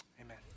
Amen